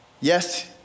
Yes